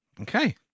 Okay